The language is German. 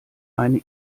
eine